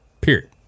period